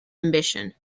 ambition